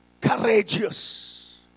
courageous